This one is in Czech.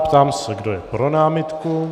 Ptám se, kdo je pro námitku.